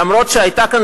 למרות שהיתה כאן,